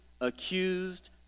accused